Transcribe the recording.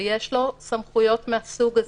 ויש לו סמכויות מהסוג הזה,